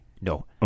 No